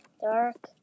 Dark